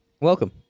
welcome